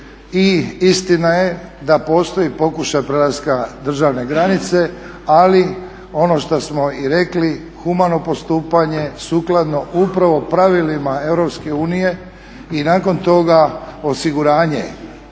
istina je da postoji pokušaj prelaska državne granice, ali ono što smo i rekli humano postupanje sukladno upravo pravilima EU i nakon toga osiguranje